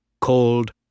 called